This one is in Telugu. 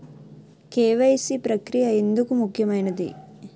కే.వై.సీ ప్రక్రియ ఎందుకు ముఖ్యమైనది?